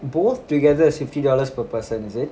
both together is fifty dollars per person is it